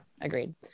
Agreed